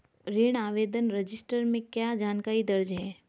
ऋण आवेदन रजिस्टर में क्या जानकारी दर्ज है?